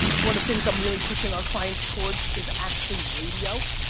one of the things i'm really pushing our clients towards is actually radio.